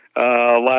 last